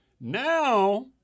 Now